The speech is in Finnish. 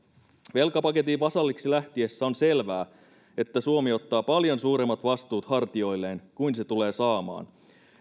velkapaketin vasalliksi lähtiessä on selvää että suomi ottaa paljon suuremmat vastuut hartioilleen kuin mitä se tulee saamaan